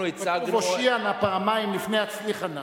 כתוב "הושיעה נא" פעמיים לפני "הצליחה נא".